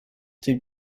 den